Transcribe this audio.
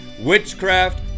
witchcraft